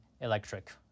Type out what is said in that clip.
electric